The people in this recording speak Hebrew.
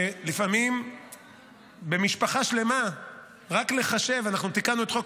לפעמים במשפחה שלמה רק לחשב אנחנו תיקנו את חוק